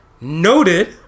noted